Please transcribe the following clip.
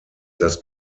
das